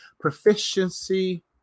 Proficiency